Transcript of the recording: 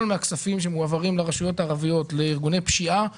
מן הכסף שמועבר לרשויות הערביות לארגוני פשיעה וטרור.